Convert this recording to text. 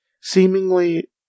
seemingly